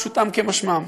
פשוטם כמשמעם.